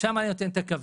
שם אני נותן את הקווים.